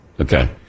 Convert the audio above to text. Okay